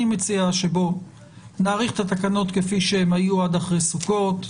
אני מציע שנאריך את התקנות כפי שהן היו עד אחרי סוכות,